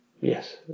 Yes